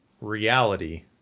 reality